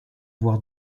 avoir